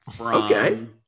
Okay